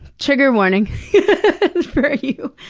trigger warning for you.